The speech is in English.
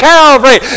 Calvary